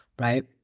right